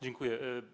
Dziękuję.